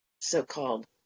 so-called